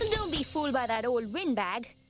don't be fooled by that old wind bag.